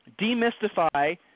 demystify